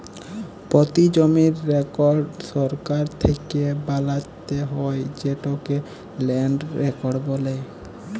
পতি জমির রেকড় সরকার থ্যাকে বালাত্যে হয় যেটকে ল্যান্ড রেকড় বলে